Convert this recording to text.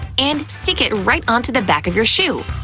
and stick it right onto the back of your shoe.